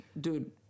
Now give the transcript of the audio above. dude